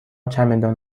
چمدان